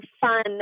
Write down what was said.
fun